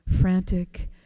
frantic